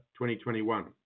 2021